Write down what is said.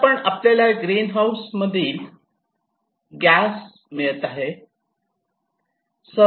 आता आपण आपण आपल्याला ग्रीन हाऊस मधील गॅस मिळत आहे